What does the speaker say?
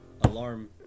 alarm